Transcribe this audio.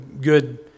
good